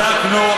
בדקנו.